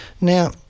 Now